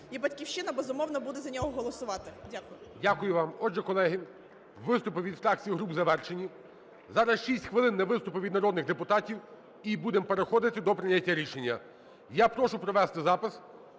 І "Батьківщина", безумовно, буде за нього голосувати. Дякую. ГОЛОВУЮЧИЙ. Дякую вам. Отже, колеги, виступи від фракцій і груп завершені. Зараз 6 хвилин на виступи від народних депутатів. І будемо переходити до прийняття рішення. Я прошу провести запис.